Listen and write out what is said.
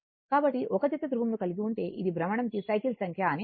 కాబట్టి 1 జత ధృవం ను కలిగి ఉంటే అది భ్రమణంకి సైకిల్ సంఖ్య అని అంటాము